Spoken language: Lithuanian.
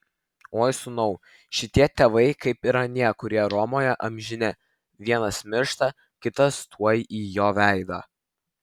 oi sūnau šitie tėvai kaip ir anie kurie romoje amžini vienas miršta kitas tuoj į jo vietą